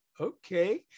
okay